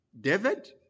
David